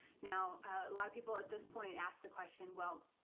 now, a lot of people at this point ask the question, well,